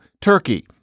Turkey